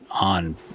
on